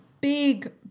big